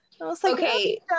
Okay